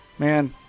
Man